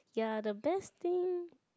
ya the best thing